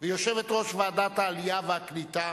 ויושבת-ראש ועדת העלייה והקליטה